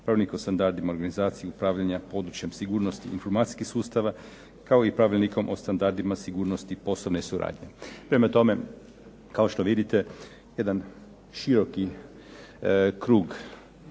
Pravilnik o standardima organizaciji upravljanja područja sigurnosti informacijskih sustava, kao i Pravilnikom o standardima sigurnosti osobne suradnje. Prema tome, kao što vidite jedan široki krug